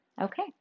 Okay